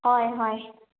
ꯍꯣꯏ ꯍꯣꯏ